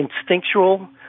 instinctual